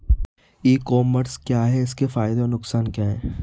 ई commerce क्या है इसके फायदे और नुकसान क्या है?